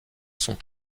sont